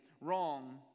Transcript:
wrong